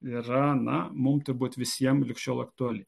yra na mum turbūt visiem lig šiol aktuali